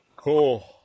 Cool